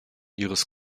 ihres